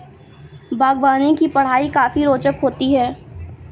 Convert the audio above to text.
बागवानी की पढ़ाई काफी रोचक होती है